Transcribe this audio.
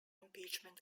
impeachment